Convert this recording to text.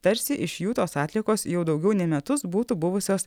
tarsi iš jų tos atliekos jau daugiau nei metus būtų buvusios